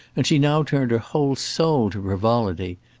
and she now turned her whole soul to frivolity.